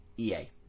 EA